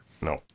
No